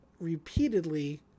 repeatedly